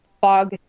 fog